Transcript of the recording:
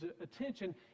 attention